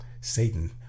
Satan